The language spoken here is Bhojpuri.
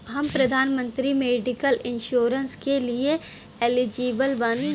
हम प्रधानमंत्री मेडिकल इंश्योरेंस के लिए एलिजिबल बानी?